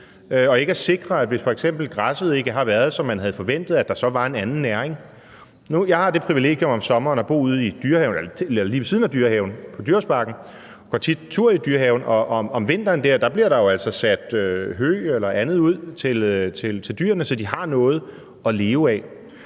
og ikke at sikre, at hvis f.eks. græsset ikke har været, som man havde forventet, var der en anden næring. Jeg har det privilegium om sommeren at bo ude i Dyrehaven, eller lige ved siden af Dyrehaven, ved Dyrehavsbakken. Jeg går tit tur i Dyrehaven, og om vinteren dér bliver der altså sat hø eller andet ud til dyrene, så de har noget at leve af.